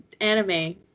anime